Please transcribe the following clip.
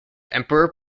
emperor